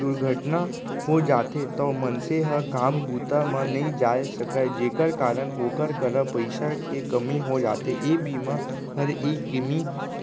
दुरघटना हो जाथे तौ मनसे ह काम बूता म नइ जाय सकय जेकर कारन ओकर करा पइसा के कमी हो जाथे, ए बीमा हर ए कमी